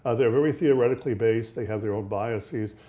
ah they are very theoretically based, they have their own biases.